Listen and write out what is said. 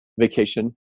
vacation